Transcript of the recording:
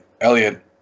elliot